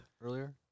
earlier